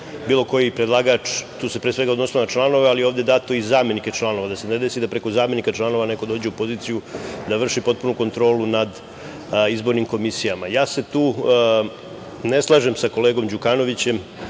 bilo koji predlagač, a tu se pre svega odnosilo na članove, ali ovde je dato i zamenike članova, da se ne desi da preko zamenika članova, neko dođe u poziciju da vrši potpunu kontrolu nad izbornim komisijama. Ja se tu ne slažem sa kolegom Đukanovićem,